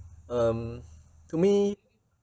um to me